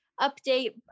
update